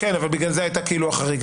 נכון, אבל בגלל זה הייתה החריגה,